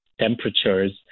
temperatures